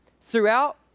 throughout